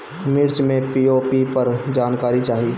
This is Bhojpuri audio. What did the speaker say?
मिर्च मे पी.ओ.पी पर जानकारी चाही?